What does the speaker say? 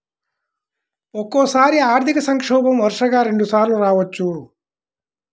ఒక్కోసారి ఆర్థిక సంక్షోభం వరుసగా రెండుసార్లు రావచ్చు